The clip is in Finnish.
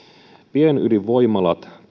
pienydinvoimalat